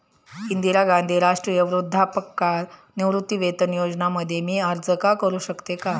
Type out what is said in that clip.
इंदिरा गांधी राष्ट्रीय वृद्धापकाळ निवृत्तीवेतन योजना मध्ये मी अर्ज का करू शकतो का?